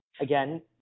again